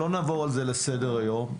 לא נעבור על זה לסדר היום.